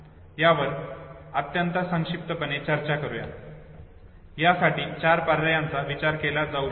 आपण यावर अत्यंत संक्षिप्तपणे चर्चा करूया त्यासाठी चार पर्यायांचा विचार केला जाऊ शकतो